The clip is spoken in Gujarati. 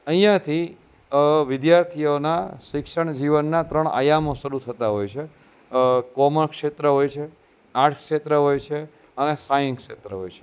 અહીંયાથી વિદ્યાર્થીઓના શિક્ષણ જીવનના ત્રણ આયામો શરૂ થતા હોય છે કોમર્સ ક્ષેત્ર હોય છે આર્ટ્સ ક્ષેત્ર હોય છે અને સાયન્સ ક્ષેત્ર હોય છે